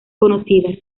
conocidas